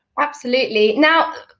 absolutely. now,